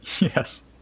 Yes